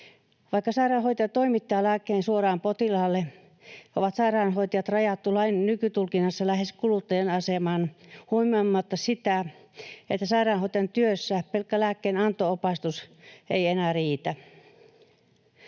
Vaikka sairaanhoitaja toimittaa lääkkeen suoraan potilaalle, on sairaanhoitajat rajattu lain nykytulkinnassa lähes kuluttajan asemaan huomioimatta sitä, että sairaanhoitajan työssä pelkkä lääkkeenanto-opastus ei enää riitä.